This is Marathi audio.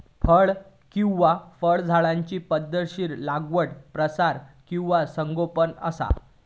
फळ किंवा फळझाडांची पध्दतशीर लागवड प्रसार किंवा संगोपन असा